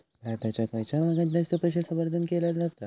भारताच्या खयच्या भागात जास्त पशुसंवर्धन केला जाता?